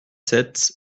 sept